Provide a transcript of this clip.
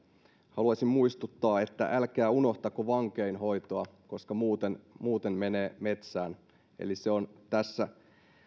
haluaisin muistuttaa että älkää unohtako vankeinhoitoa koska muuten muuten menee metsään eli se on tässä